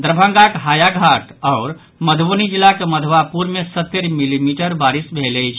दरभंगाक हायाघाट आओर मधुबनी जिलाक मधवापुर मे सत्तरि मिलीमीटर बारिश भेल अछि